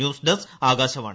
news desk Akashvani